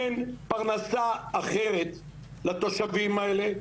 אין פרנסה אחרת לתושבים האלה.